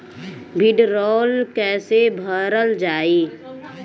भीडरौल कैसे भरल जाइ?